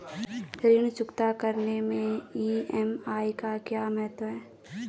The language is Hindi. ऋण चुकता करने मैं ई.एम.आई का क्या महत्व है?